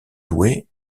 douai